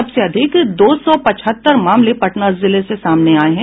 सबसे अधिक दो सौ पचहत्तर मामले पटना जिले से सामने आये हैं